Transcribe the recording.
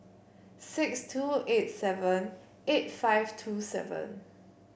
six two eight seven eight five two seven